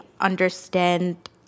understand